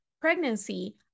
pregnancy